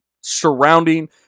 surrounding